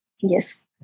Yes